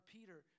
Peter